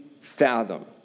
fathom